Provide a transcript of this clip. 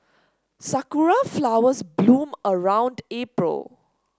sakura flowers bloom around April